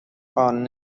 قانون